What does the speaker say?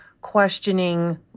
questioning